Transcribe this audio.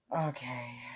Okay